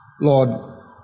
Lord